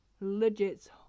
legit